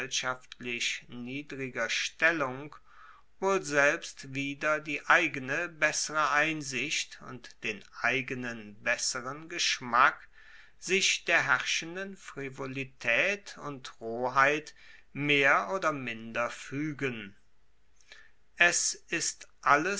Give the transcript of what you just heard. niedriger stellung wohl selbst wider die eigene bessere einsicht und den eigenen besseren geschmack sich der herrschenden frivolitaet und roheit mehr oder minder fuegen es ist alles